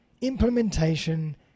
implementation